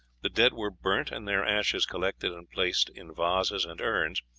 the dead were burnt, and their ashes collected and placed in vases and urns,